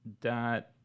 dot